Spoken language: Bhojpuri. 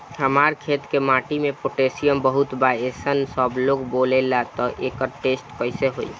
हमार खेत के माटी मे पोटासियम बहुत बा ऐसन सबलोग बोलेला त एकर टेस्ट कैसे होई?